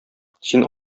син